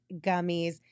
gummies